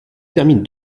termine